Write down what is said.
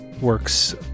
works